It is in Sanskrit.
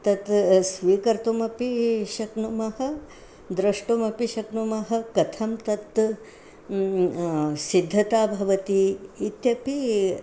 तत् स्वीकर्तुमपि शक्नुमः द्रष्टुमपि शक्नुमः कथं तत् सिद्धता भवति इत्यपि